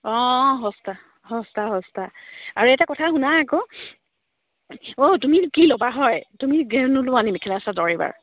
অঁ সস্তা সস্তা সস্তা আৰু এটা কথা শুনা আকৌ অঁ তুমি কি ল'বা হয় তুমি গে নোলোৱানি মেখেলা চাদৰ এইবাৰ